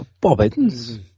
bobbins